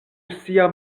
sia